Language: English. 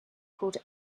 called